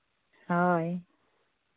ᱦᱳᱭ